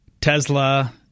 Tesla